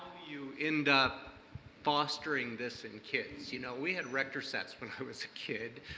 you end up fostering this in kids? you know, we had erector sets when i was a kid,